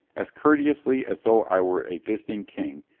as courteously as though i were a visiting king,